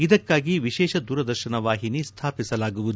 ಇದಕ್ಕಾಗಿ ವಿಶೇಷ ದೂರದರ್ಶನ ವಾಹಿನಿ ಸ್ಥಾಪಿಸಲಾಗುವುದು